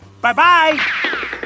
Bye-bye